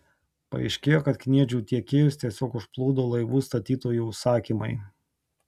paaiškėjo kad kniedžių tiekėjus tiesiog užplūdo laivų statytojų užsakymai